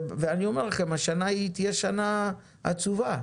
ואני אומר לכם שהשנה תהיה שנה עצובה,